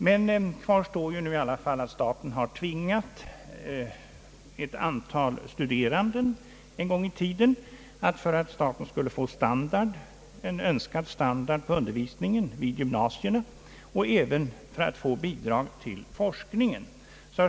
Men kvar står nu att staten tvingat ett antal studerande en gång i tiden att ta på sig rätt betydande skulder för att staten skulle få en önskad standard på undervisningen i gymnasierna och även för att få bidrag till forskningen.